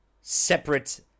separate